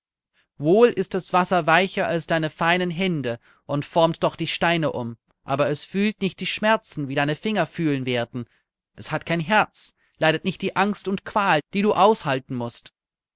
wohl ist das wasser weicher als deine feinen hände und formt doch die steine um aber es fühlt nicht die schmerzen die deine finger fühlen werden es hat kein herz leidet nicht die angst und qual die du aushalten mußt